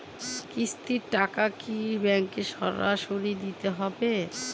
কিস্তির টাকা কি ব্যাঙ্কে সরাসরি দিতে হবে?